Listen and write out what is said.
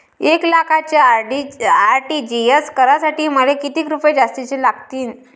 एक लाखाचे आर.टी.जी.एस करासाठी मले कितीक रुपये जास्तीचे लागतीनं?